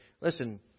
Listen